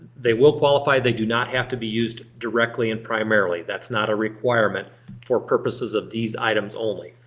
they will qualify, they do not have to be used directly and primarily. that's not a requirement for purposes of these items only.